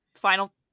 final